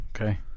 Okay